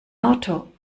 auto